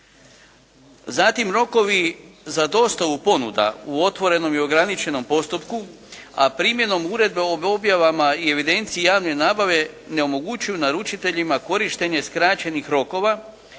Zatim rokovi za dostavu ponuda u otvorenom i ograničenom postupku, a primjenom uredbe o objavama i evidenciji javne nabave ne omogućuju naručiteljima korištenje skraćenih rokova